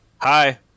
Hi